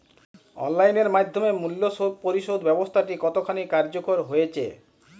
Online এর মাধ্যমে মূল্য পরিশোধ ব্যাবস্থাটি কতখানি কার্যকর হয়েচে?